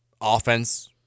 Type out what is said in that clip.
offense